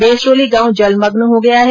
बेसरोली गांव जलमग्न हो गया है